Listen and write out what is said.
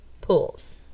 pools